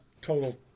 total